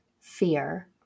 fear